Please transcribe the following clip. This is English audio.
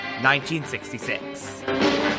1966